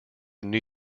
new